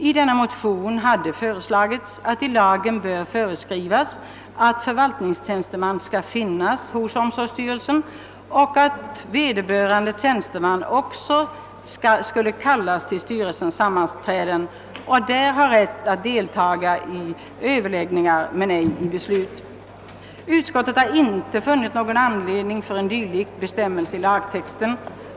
I den motionen hade föreslagits att det i lagen borde föreskrivas att förvaltningstjänsteman skall finnas hos styrelse för omsorger om psykiskt utvecklingsstörda samt att han skall kallas till sammanträde med styrelsen och ha rätt att deltaga i överläggningarna men inte i besluten. Utskottet har inte funnit någon motivering för en sådan bestämmelse i lagtexten.